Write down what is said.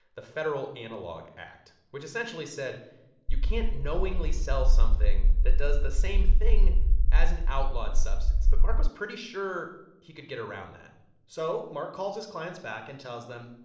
the federal analogue act, which essentially said you can't knowingly sell something that does the same thing as an outlawed substance. but marc was pretty sure he could get around that so marc calls his clients back and tells them,